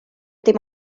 dim